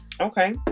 Okay